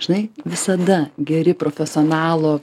žinai visada geri profesionalo